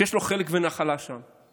שיש לו חלק ונחלה שם.